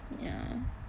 ya